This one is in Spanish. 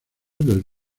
del